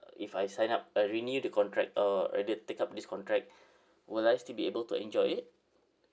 if I sign up I renew the contract uh I did take up this contract will I still be able to enjoy it